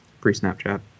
pre-Snapchat